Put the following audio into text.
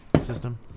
system